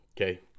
okay